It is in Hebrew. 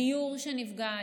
הדיור שנפגע.